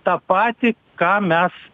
tą patį ką mes